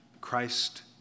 Christ